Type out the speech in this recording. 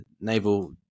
naval